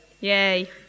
Yay